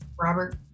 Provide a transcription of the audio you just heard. Robert